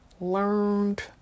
learned